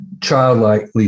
childlike